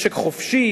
משק חופשי,